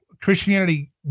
Christianity